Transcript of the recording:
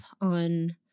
on